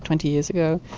twenty years ago,